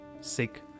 sick